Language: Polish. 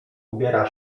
ubiera